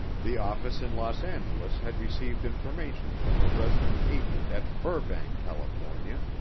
the office in los angeles had received information from the resident agent at burbank, california,